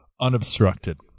unobstructed